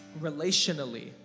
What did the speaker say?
relationally